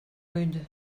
rude